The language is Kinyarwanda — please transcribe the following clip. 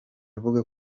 avuga